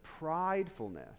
pridefulness